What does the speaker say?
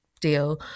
deal